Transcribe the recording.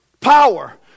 Power